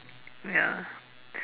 ya